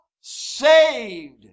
Saved